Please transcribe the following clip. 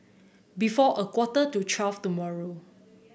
before a quarter to tomorrow